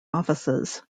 offices